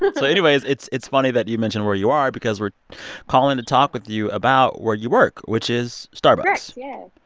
so anyways, it's it's funny that you mention where you are because we're calling to talk with you about where you work, which is starbucks yeah